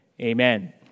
Amen